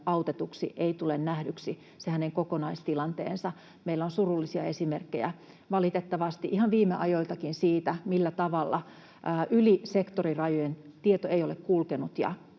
autetuksi ja se hänen kokonaistilanteensa tulee nähdyksi. Meillä on surullisia esimerkkejä valitettavasti ihan viime ajoiltakin siitä, millä tavalla tieto ei ole kulkenut